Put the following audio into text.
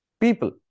People